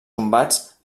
combats